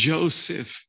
Joseph